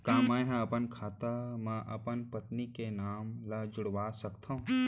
का मैं ह अपन खाता म अपन पत्नी के नाम ला जुड़वा सकथव?